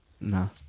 No